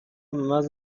بمحض